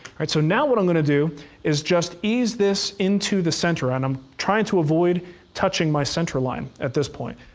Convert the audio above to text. so now what i'm going to do is just ease this into the center. and i'm trying to avoid touching my center line at this point.